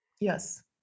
Yes